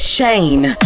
Shane